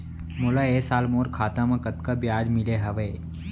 मोला ए साल मोर खाता म कतका ब्याज मिले हवये?